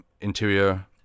interior